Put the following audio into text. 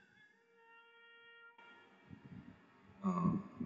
ah